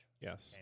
Yes